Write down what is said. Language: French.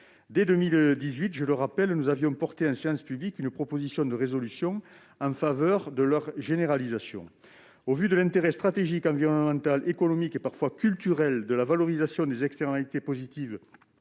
Dès 2018, je le rappelle, nous avions porté en séance publique une proposition de résolution en faveur de leur généralisation. Au vu de l'intérêt stratégique, environnemental, économique, et parfois culturel, de la valorisation des externalités positives